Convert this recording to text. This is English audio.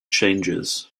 changes